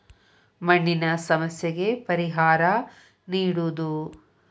ಮಣ್ಣಿನ ಸಮಸ್ಯೆಗೆ ಪರಿಹಾರಾ ನೇಡುದು